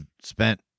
spent